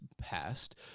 passed